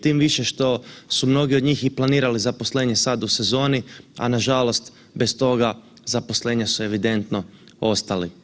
Tim više što su mnogi od njih i planirali zaposlenje sad u sezoni, a nažalost bez toga, zaposlenja su evidentno ostali.